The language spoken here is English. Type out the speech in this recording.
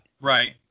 Right